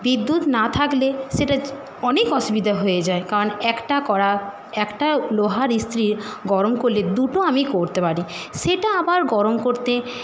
বিদ্যুৎ না থাকলে সেটা অনেক অসুবিধা হয়ে যায় কারণ একটা কড়া একটা লোহার ইস্ত্রির গরম করলে দুটো আমি করতে পারি সেটা আবার গরম করতে